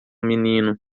menino